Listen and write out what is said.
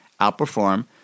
outperform